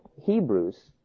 Hebrews